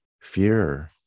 fear